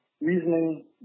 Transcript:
reasoning